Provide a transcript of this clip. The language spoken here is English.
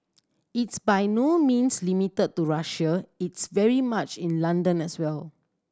it's by no means limited to Russia it's very much in London as well